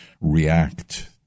react